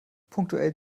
punktuell